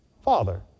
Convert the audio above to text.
Father